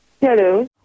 hello